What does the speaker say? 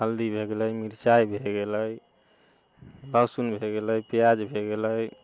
हल्दी भए गेलै मिर्चाइ भए गेलै लहसुन भए गेलै प्याज भए गेलै